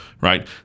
right